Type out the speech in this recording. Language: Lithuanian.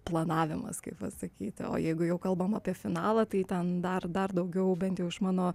planavimas kaip pasakyta o jeigu jau kalbam apie finalą tai ten dar dar daugiau bent iš mano